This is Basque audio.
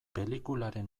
pelikularen